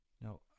Now